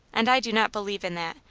and i do not believe in that.